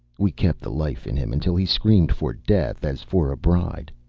we kept the life in him until he screamed for death as for a bride.